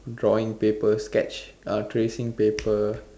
drawing paper sketch a tracing paper